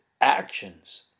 actions